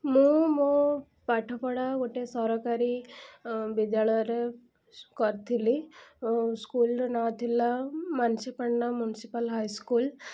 ମୁଁ ମୋ ପାଠ ପଢ଼ା ଗୋଟେ ସରକାରୀ ବିଦ୍ୟାଳୟରେ କରିଥିଲି ସ୍କୁଲର ନାଁ ଥିଲା ମାନସୀ ପଣ୍ଡା ମୁନ୍ସିପାଲ ହାଇସ୍କୁଲ